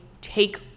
take